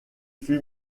fut